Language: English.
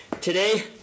Today